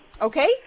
Okay